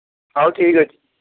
ହଉ ଠିକ୍ ଅଛି